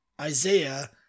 Isaiah